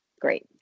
Great